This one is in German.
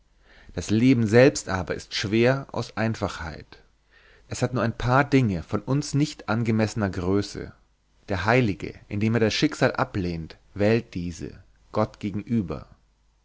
das leben selbst aber ist schwer aus einfachheit es hat nur ein paar dinge von uns nicht angemessener größe der heilige indem er das schicksal ablehnt wählt diese gott gegenüber